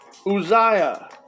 Uzziah